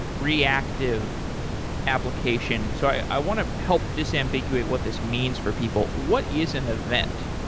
reactive application. so i i want to help disambiguate what this means for people. what is an event?